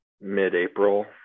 mid-April